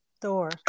thor